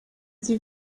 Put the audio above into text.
sie